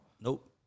Nope